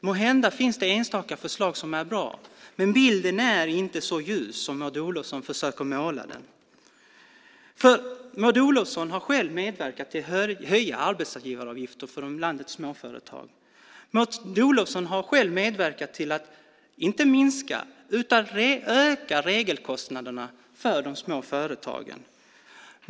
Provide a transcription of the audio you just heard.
Måhända finns det enstaka förslag som är bra, men bilden är inte så ljus som Maud Olofsson försöker måla upp den. Maud Olofsson har själv medverkat till att höja arbetsgivaravgifterna för landets småföretag. Maud Olofsson har själv medverkat till att inte minska utan öka regelkostnaderna för de små företagen.